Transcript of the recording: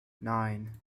nine